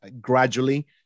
gradually